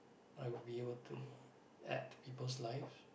I would be able to add to people's life